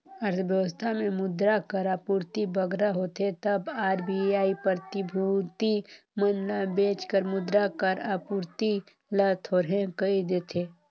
अर्थबेवस्था में मुद्रा कर आपूरति बगरा होथे तब आर.बी.आई प्रतिभूति मन ल बेंच कर मुद्रा कर आपूरति ल थोरहें कइर देथे